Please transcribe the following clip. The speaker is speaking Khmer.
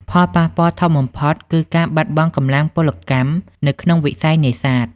ផលប៉ះពាល់ធំបំផុតគឺការបាត់បង់កម្លាំងពលកម្មនៅក្នុងវិស័យនេសាទ។